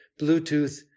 Bluetooth